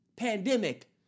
pandemic